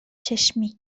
چشمی